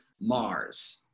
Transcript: Mars